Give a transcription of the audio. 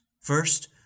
First